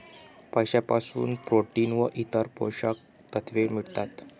माशांपासून प्रोटीन व इतर पोषक तत्वे मिळतात